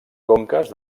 conques